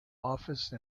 office